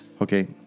Okay